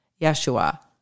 Yeshua